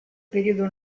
periodo